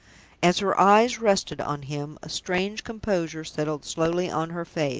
as her eyes rested on him, a strange composure settled slowly on her face.